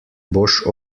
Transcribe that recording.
boš